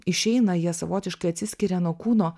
išeina jie savotiškai atsiskiria nuo kūno